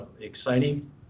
exciting